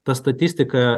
ta statistika